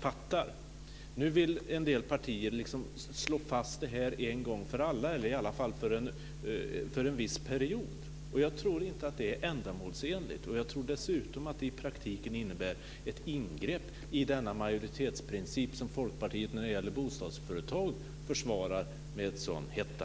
fattar. Nu vill en del partier slå fast detta en gång för alla, eller i alla fall för en viss period. Jag tror inte att det är ändamålsenligt. Jag tror dessutom att det i praktiken innebär ett ingrepp i denna majoritetsprincip, som Folkpartiet när det gäller bostadsföretag försvarar med en sådan hetta.